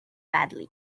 badly